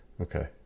okay